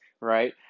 right